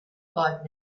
five